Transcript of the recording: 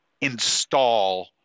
install